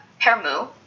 Hermu